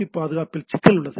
B பாதுகாப்பில் சிக்கல் உள்ளது